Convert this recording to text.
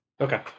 okay